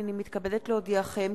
הנני מתכבדת להודיעכם,